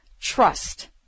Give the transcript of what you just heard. trust